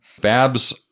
Babs